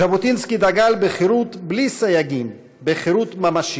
ז'בוטינסקי דגל בחירות בלי סייגים, בחירות ממשית,